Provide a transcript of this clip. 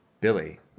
Billy